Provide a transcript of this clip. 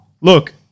Look